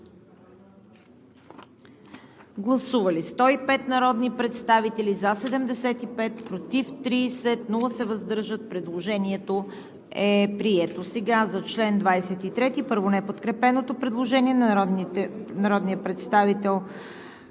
Гласували 105 народни представители: за 75, против 30, въздържали се няма. Предложението е прието. Сега за чл. 23, първо неподкрепеното предложение на народния представител